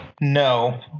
No